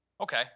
Okay